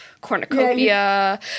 cornucopia